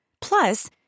Plus